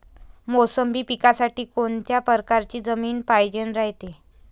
मोसंबी पिकासाठी कोनत्या परकारची जमीन पायजेन रायते?